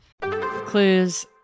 Clues